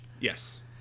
yes